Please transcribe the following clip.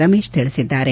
ರಮೇಶ್ ತಿಳಿಸಿದ್ದಾರೆ